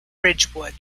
ridgewood